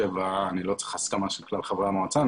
אני לא צריך הסכמה של כלל חברי המועצה.